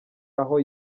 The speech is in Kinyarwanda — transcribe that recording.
aho